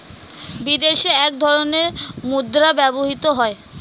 বিদেশে এক ধরনের মুদ্রা ব্যবহৃত হয়